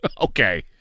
Okay